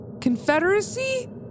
Confederacy